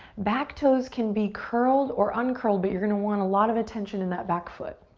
back toes can be curled or uncurled, but you're gonna want a lot of attention in that back foot.